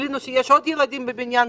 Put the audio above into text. גילינו שיש עוד ילדים בבניין,